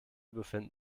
befinden